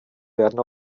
werden